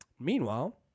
Meanwhile